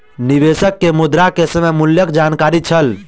निवेशक के मुद्रा के समय मूल्यक जानकारी छल